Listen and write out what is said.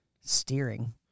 steering